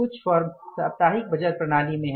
कुछ फर्म साप्ताहिक बजट प्रणाली में हैं